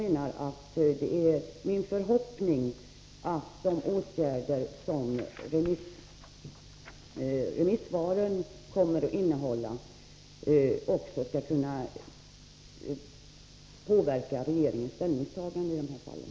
Men det är min förhoppning att de åtgärder som föreslås i remissvaren också skall kunna påverka regeringens ställningstagande i de här fallen.